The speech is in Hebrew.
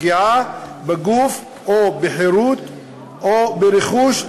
"פגיעה" היא פגיעה בגוף או בחירות או ברכוש,